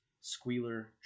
Squealer